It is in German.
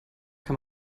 kann